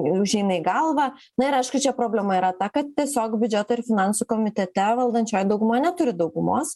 užeina į galvą na ir aišku čia problema yra ta kad tiesiog biudžeto ir finansų komitete valdančioji dauguma neturi daugumos